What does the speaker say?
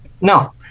No